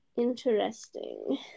Interesting